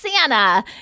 Santa